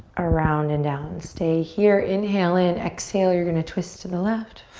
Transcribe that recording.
around and down. stay here. inhale in, exhale, you're gonna twist to the left.